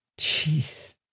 jeez